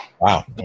Wow